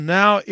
now